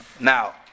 Now